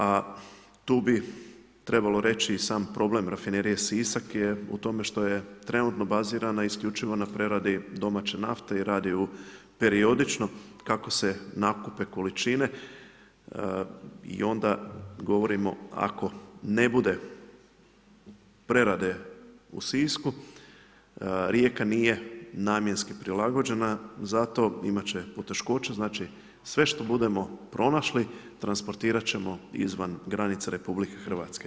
A tu bi trebalo reći i sam problem rafinerije Sisak je u tome što je trenutno bazirana isključivo na preradi domaće nafte i radi periodično, kako se nakupe količine i onda govorimo ako ne bude prerade u Sisku, Rijeka nije namjenski prilagođena za to, imat će poteškoća, znači sve što budemo pronašli, transportirat ćemo izvan granica RH.